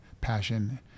passion